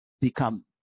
become